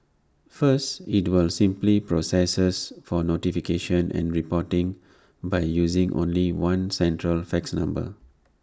first IT will simplify processes for notification and reporting by using only one central fax number